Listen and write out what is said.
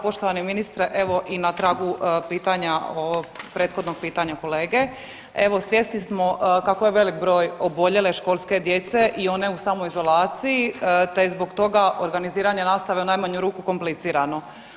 Poštovani ministre evo i na tragu pitanja o prethodnom pitanju kolege evo svjesni smo kako je velik broj oboljele školske djece i one u samoizolaciji, te je zbog toga organiziranje nastave u najmanju ruku komplicirano.